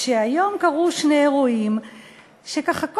שהיום קרו שני אירועים שככה,